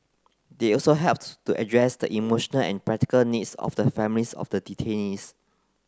they also helped to address the emotional and practical needs of the families of the detainees